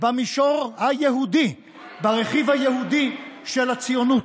במישור היהודי, ברכיב היהודי של הציונות.